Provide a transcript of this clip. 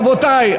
רבותי,